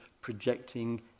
projecting